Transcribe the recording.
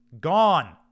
gone